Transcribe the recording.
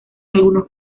algunos